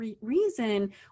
reason